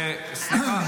סליחה,